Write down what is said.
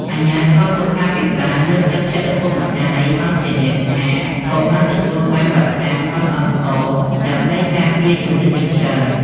អាជ្ញាធរសុខាភិបាលលើកទឹកចិត្តឪពុកម្តាយឱ្យធានាថាកុមារទទួលបានវ៉ាក់សាំង MMR ដើម្បីការពារជំងឺកញ្ជ្រឹល។